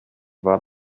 war